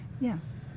Yes